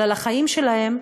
אלא לחיים שלהם,